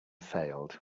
failed